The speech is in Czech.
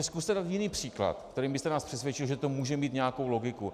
Zkuste dát jiný příklad, kterým byste nás přesvědčil, že to může mít nějakou logiku.